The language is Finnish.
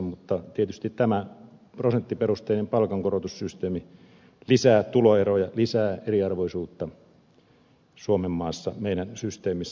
mutta tietysti tämä prosenttiperusteinen palkankorotussysteemi lisää tuloeroja lisää eriarvoisuutta suomenmaassa meidän systeemissä